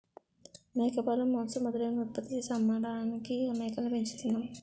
మేకపాలు, మాంసం మొదలైనవి ఉత్పత్తి చేసి అమ్మడానికి మేకల్ని పెంచుతున్నాం